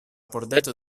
pordeto